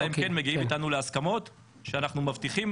אלא אם כן מגיעים איתנו להסכמות שאנחנו מבטיחים